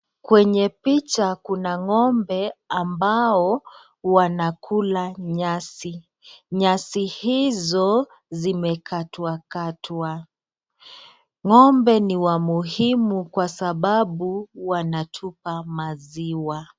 Kwenye picha kuna ng’ombe ambao wanakula nyasi. Nyasi hizo zimekatwakatwa. Ng’ombe ni wa muhimu kwa sababu wanatupa maziwa.